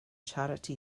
charity